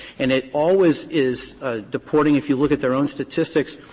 and it always is deporting, if you look at their own statistics,